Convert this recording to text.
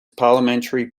parliamentary